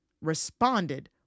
responded